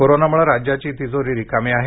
कोरोनामुळे राज्याची तिजोरी रिकामी आहे